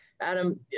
Adam